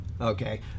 okay